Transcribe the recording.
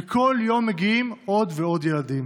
וכל יום מגיעים עוד ועוד ילדים.